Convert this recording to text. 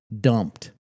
dumped